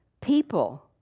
people